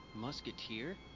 Musketeer